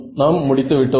நாம் முடித்து விட்டோம்